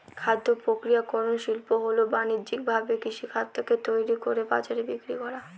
খাদ্য প্রক্রিয়াকরন শিল্প হল বানিজ্যিকভাবে কৃষিখাদ্যকে তৈরি করে বাজারে বিক্রি করা